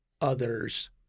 others